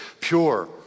Pure